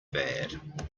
bad